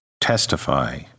testify